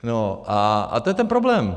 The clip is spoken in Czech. No a to je ten problém.